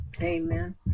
Amen